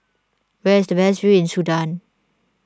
where is the best view in Sudan